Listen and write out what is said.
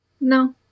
No